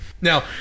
Now